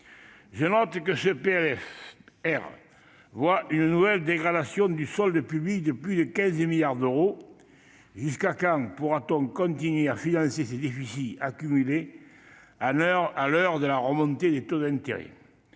Je note que ce PLFR acte une nouvelle dégradation du solde public, de plus de 15 milliards d'euros. Jusqu'à quand pourra-t-on continuer de financer les déficits accumulés, à l'heure de la remontée des taux d'intérêt ?